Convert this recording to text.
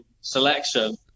selection